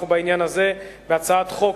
אנחנו בעניין הזה בהצעת חוק,